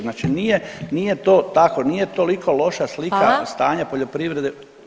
Znači, nije to tako, nije toliko loša slika stanja [[Upadica Glasovac: Hvala.]] poljoprivrede.